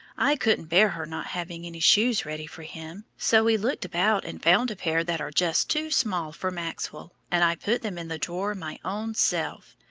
i couldn't bear her not having any shoes ready for him, so we looked about and found a pair that are just too small for maxwell, and i put them in the drawer my own self.